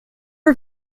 are